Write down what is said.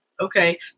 Okay